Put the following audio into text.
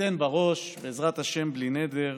ניתן בראש בעזרת השם בלי נדר,